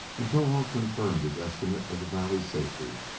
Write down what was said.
and towahg confirmed his estimate of the valley's safety.